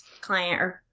client